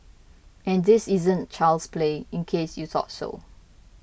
and this isn't child's play in case you thought so